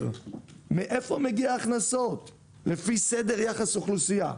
מאיפה מגיעות ההכנסות לפי סדר יחס אוכלוסייה?